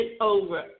over